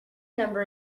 number